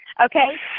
Okay